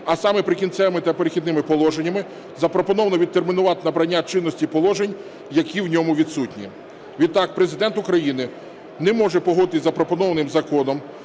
а саме "Прикінцевими та перехідними положеннями" запропоновано відтермінувати набрання чинності положень, які в ньому відсутні. Відтак, Президент України не може погодитись із запропонованим законом